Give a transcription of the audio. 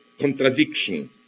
contradiction